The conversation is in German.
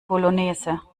bolognese